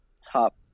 top